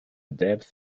depth